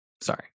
sorry